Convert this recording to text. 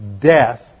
Death